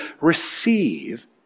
receive